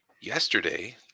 yesterday